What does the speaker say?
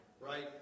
Right